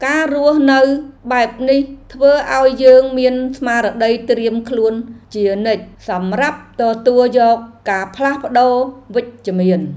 ការរស់នៅបែបនេះធ្វើឱ្យយើងមានស្មារតីត្រៀមខ្លួនជានិច្ច សម្រាប់ទទួលយកការផ្លាស់ប្តូរវិជ្ជមាន។